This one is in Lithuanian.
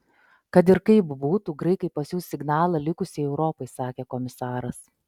kad ir kaip būtų graikai pasiųs signalą likusiai europai sakė komisaras